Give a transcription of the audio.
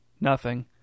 Nothing